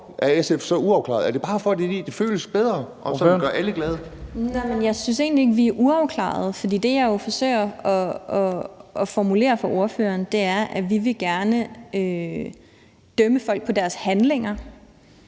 Anne Valentina Berthelsen (SF): Jeg synes egentlig ikke, at vi er uafklarede. Det, jeg forsøger at formulere for ordføreren, er, at vi gerne vil dømme folk på deres handlinger,